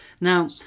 Now